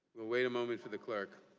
wait a moment for the clerk.